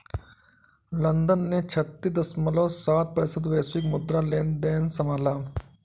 London ने छत्तीस दश्मलव सात प्रतिशत वैश्विक मुद्रा लेनदेन संभाला